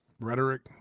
rhetoric